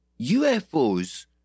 UFOs